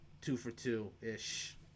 two-for-two-ish